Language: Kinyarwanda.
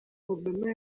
obama